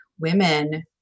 women